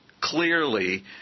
clearly